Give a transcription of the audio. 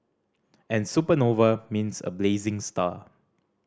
and supernova means a blazing star